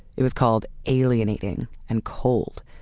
it was called alienating and cold.